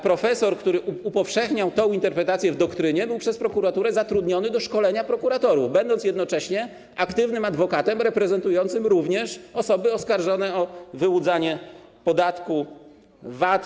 Profesor, który upowszechniał tę interpretację w doktrynie, był przez prokuraturę zatrudniony do szkolenia prokuratorów, będąc jednocześnie aktywnym adwokatem reprezentującym również osoby oskarżone o wyłudzanie podatku VAT.